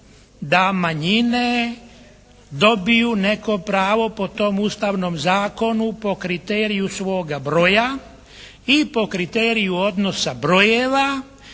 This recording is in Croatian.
da manjine dobiju neko pravo po tom Ustavnom zakonu, po kriteriju svoga broja i po kriteriju odnosa brojeva,